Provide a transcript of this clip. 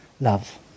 love